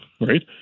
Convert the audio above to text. right